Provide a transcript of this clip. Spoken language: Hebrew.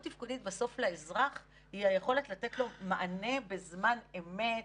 תפקודית בסוף לאזרח היא היכולת לתת לו מענה בזמן אמת,